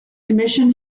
commission